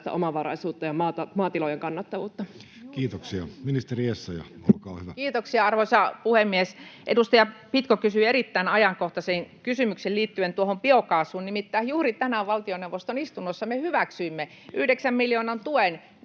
Eerola: Oliko teko?] Kiitoksia. — Ministeri Essayah, olkaa hyvä. Kiitoksia, arvoisa puhemies! Edustaja Pitko kysyi erittäin ajankohtaisen kysymyksen liittyen biokaasuun. Nimittäin juuri tänään valtioneuvoston istunnossa me hyväksyimme yhdeksän miljoonan tuen